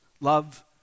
love